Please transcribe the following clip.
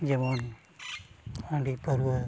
ᱡᱮᱢᱚᱱ ᱦᱟᱺᱰᱤᱼᱯᱟᱹᱣᱨᱟᱹ